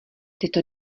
tyto